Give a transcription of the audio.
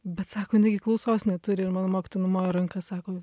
bet sako jinai gi klausos neturi ir mano mokytoja numojo ranka sako